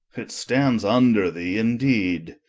it stands under thee, indeed.